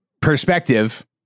perspective